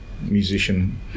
musician